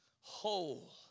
whole